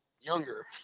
younger